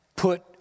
Put